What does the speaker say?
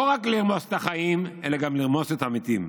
לא רק לרמוס את החיים אלא גם לרמוס את המתים.